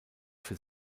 für